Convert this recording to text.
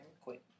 quick